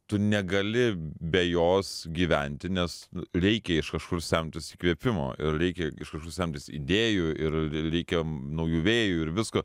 tu negali be jos gyventi nes reikia iš kažkur semtis įkvėpimo ir reikia iš kažkur semtis idėjų ir ir reikia naujų vėjų ir visko